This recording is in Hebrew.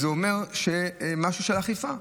אז זה אומר משהו של אכיפה.